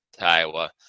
Iowa